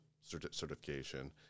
certification